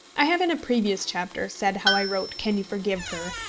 i have in a previous chapter said how i wrote can you forgive her?